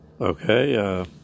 Okay